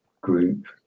group